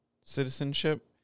citizenship